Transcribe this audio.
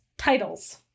Titles